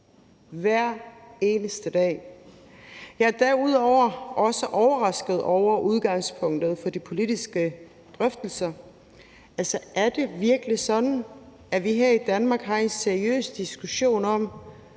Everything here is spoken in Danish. hver eneste dag! Jeg er derudover også overrasket over udgangspunktet for de politiske drøftelser. Er det virkelig sådan, at vi her i Danmark har en seriøs diskussion om,